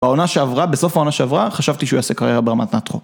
בעונה שעברה, בסוף העונה שעברה, חשבתי שהוא יעשה קריירה ברמת נטרו.